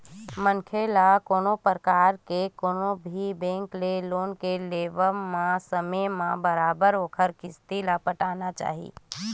मनखे ल कोनो परकार के कोनो भी बेंक ले लोन के लेवब म समे म बरोबर ओखर किस्ती ल पटाना चाही